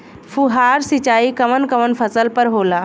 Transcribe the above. फुहार सिंचाई कवन कवन फ़सल पर होला?